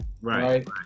Right